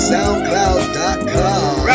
SoundCloud.com